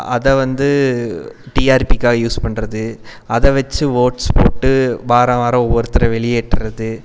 அதை வந்து டிஆர்பிக்காக யூஸ் பண்ணுறது அதைவச்சி ஓட்ஸ் போட்டு வாராவாரம் ஒவ்வொருத்தரை வெளியேற்றது